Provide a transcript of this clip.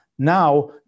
Now